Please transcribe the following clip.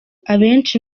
abenshi